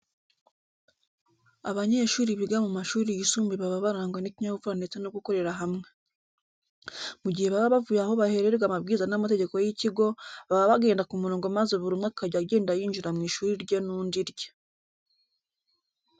Abanyeshuri biga mu mashuri yisumbuye baba barangwa n'ikinyabupfura ndetse no gukorera hamwe. Mu gihe baba bavuye aho bahererwa amabwiriza n'amategeko y'ikigo, baba bagenda ku murongo maze buri umwe akajya agenda yinjira mu ishuri rye n'undi irye.